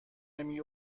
نمی